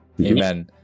amen